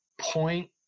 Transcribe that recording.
point